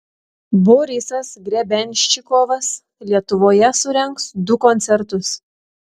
borisas grebenščikovas lietuvoje surengs du koncertus